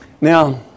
Now